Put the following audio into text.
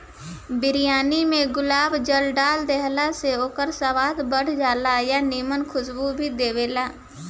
बिरयानी में गुलाब जल डाल देहला से ओकर स्वाद बढ़ जाला आ निमन खुशबू भी देबेला